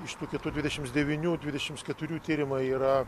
iš tų kitų dvidešimts devynių dvidešimts keturių tyrimai yra